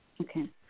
okay